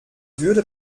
würde